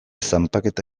zanpaketa